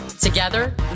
Together